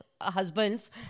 husbands